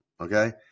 okay